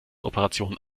operationen